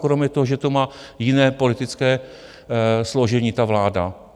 Kromě toho, že má jiné politické složení ta vláda.